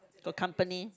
to accompany